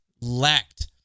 lacked